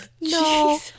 no